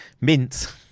mints